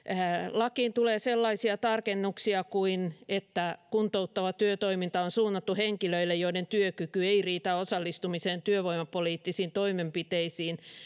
lakiin tulee sellaisia tarkennuksia kuin että kuntouttava työtoiminta on suunnattu henkilöille joiden työkyky ei riitä osallistumiseen työvoimapoliittisiin toimenpiteisiin